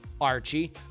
Archie